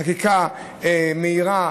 חקיקה מהירה,